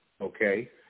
okay